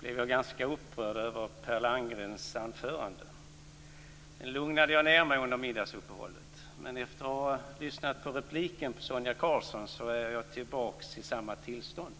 blev jag ganska upprörd över Per Landgrens anförande. Sedan lugnade jag ned mig under middagsuppehållet. Men efter att ha lyssnat på repliken på Sonia Karlssons anförande är jag tillbaks i samma tillstånd.